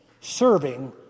serving